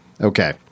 okay